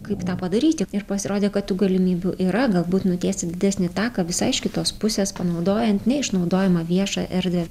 kaip tą padaryti ir pasirodė kad tų galimybių yra galbūt nutiesti didesnį taką visai iš kitos pusės panaudojant neišnaudojamą viešą erdvę